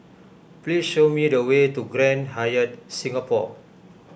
please show me the way to Grand Hyatt Singapore